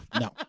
No